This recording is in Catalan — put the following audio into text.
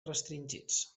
restringits